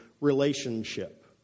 relationship